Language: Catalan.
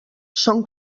són